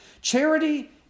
Charity